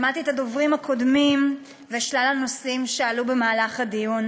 שמעתי את הדוברים הקודמים ואת שלל הנושאים שעלו בדיון.